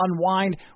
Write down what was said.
unwind